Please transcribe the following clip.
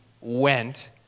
went